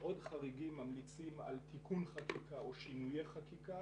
מאוד חריגים ממליצים על תיקון חקיקה או שינויי חקיקה.